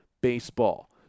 baseball